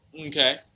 okay